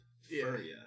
Furia